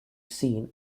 seen